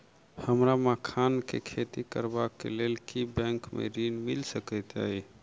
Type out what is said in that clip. हमरा मखान केँ खेती करबाक केँ लेल की बैंक मै ऋण मिल सकैत अई?